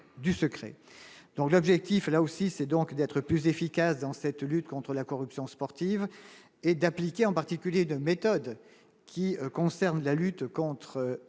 du secret dont l'objectif est, là aussi, c'est donc d'être plus efficace dans cette lutte contre la corruption sportive et d'appliquer en particulier de méthodes qui concerne la lutte contre